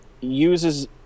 uses